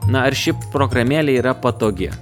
na ar ši programėlė yra patogi